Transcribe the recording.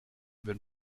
been